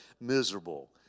miserable